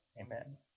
Amen